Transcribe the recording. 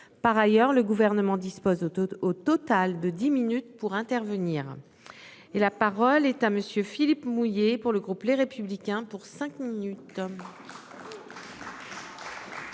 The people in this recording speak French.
par ailleurs le gouvernement dispose au total de 10 minutes pour intervenir et la parole est à monsieur Philippe mouiller pour le groupe Les Républicains pour cinq minutes.